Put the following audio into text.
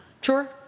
Sure